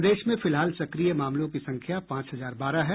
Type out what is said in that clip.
प्रदेश में फिलहाल सक्रिय मामलों की संख्या पांच हजार बारह है